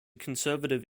conservative